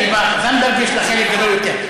זנדברג, יש לה חלק גדול יותר.